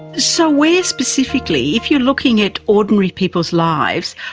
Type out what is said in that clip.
so where specifically, if you're looking at ordinary people's lives,